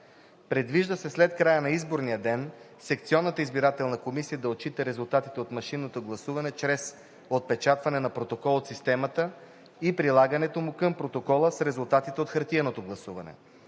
Предвижда се след края на изборния ден секционната избирателна комисия да отчита резултатите от машинното гласуване чрез отпечатване на протокол от системата и прилагането му към протокола с резултатите от хартиеното гласуване.